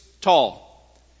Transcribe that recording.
tall